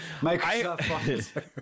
Microsoft